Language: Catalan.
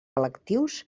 electius